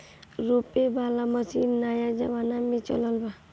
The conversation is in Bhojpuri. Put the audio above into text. रोपे वाला मशीन सब नया जमाना के चलन बा